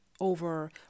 over